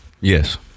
Yes